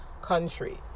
country